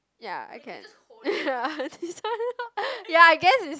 ya I can ya I guess is